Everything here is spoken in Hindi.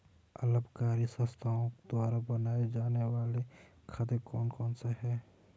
अलाभकारी संस्थाओं द्वारा बनाए जाने वाले खाते कौन कौनसे हैं?